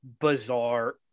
bizarre